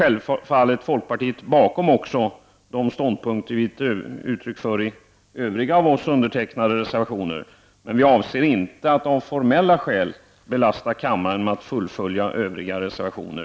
Folkpartiet står självfallet bakom också de ståndpunkter vi gett uttryck för i dessa övriga av oss undertecknade reservationer.